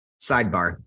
Sidebar